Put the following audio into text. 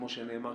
כמו שנאמר,